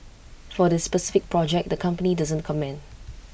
for this specific project the company doesn't comment